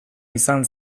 izan